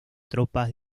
tropas